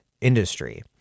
industry